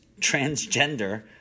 transgender